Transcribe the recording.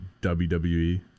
WWE